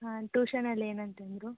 ಹಾಂ ಟೂಶನಲ್ಲಿ ಏನಂತಂದರು